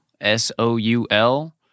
s-o-u-l